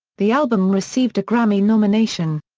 the album received a grammy nomination.